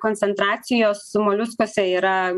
koncentracijos moliuskuose yra